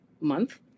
Month